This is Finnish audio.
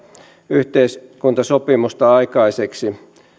yhteiskuntasopimusta aikaiseksi